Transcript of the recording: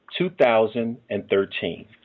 2013